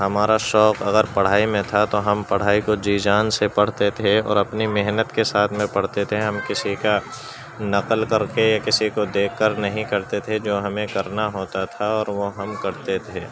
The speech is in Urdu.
ہمارا شوق اگر پڑھائی میں تھا تو ہم پڑھائی کو جی جان سے پڑھتے تھے اور اپنی محنت کے ساتھ میں پڑھتے تھے ہم کسی کا نقل کر کے یا کسی کو دیکھ کر نہیں کرتے تھے جو ہمیں کرنا ہوتا تھا اور وہ ہم کرتے تھے